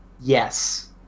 Yes